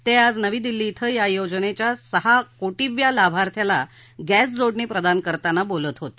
ते आज नवी दिल्ली क्वें या योजनेच्या सहा कोर्टीया लाभार्थ्याला गद्धीजोडणी प्रदान करताना बोलत होते